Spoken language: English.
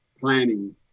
planning